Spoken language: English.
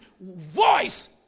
voice